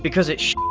because it's